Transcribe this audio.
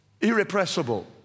irrepressible